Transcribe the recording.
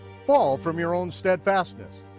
fall from your own steadfastness.